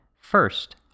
First